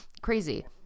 crazy